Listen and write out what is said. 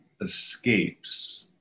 escapes